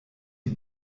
die